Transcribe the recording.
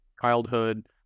childhood